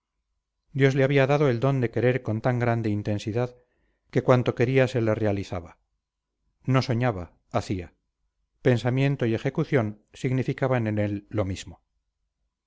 dios le había dado el don de querer con tan grande intensidad que cuanto quería se le realizaba no soñaba hacía pensamiento y ejecución significaban en él lo mismo